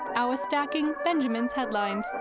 our stacking benjamin's headlines,